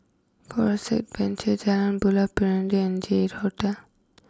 Forest Adventure Jalan Buloh Perindu and J eight Hotel